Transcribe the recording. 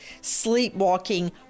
sleepwalking